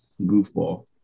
goofball